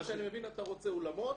כמו שאני מבין אתה רוצה אולמות,